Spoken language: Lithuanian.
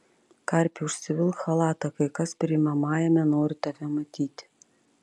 karpi užsivilk chalatą kai kas priimamajame nori tave matyti